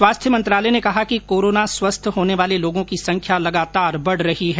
स्वास्थ्य मंत्रालय ने कहा कि कोरोना स्वस्थ होने वाले लोगों की संख्या लगातार बढ रही है